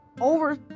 over